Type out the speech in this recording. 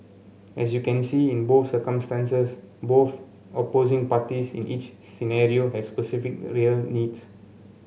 as you can see in both circumstances both opposing parties in each scenario have specific real needs